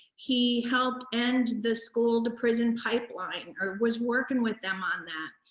he helped end the school to prison pipeline, or was working with them on that.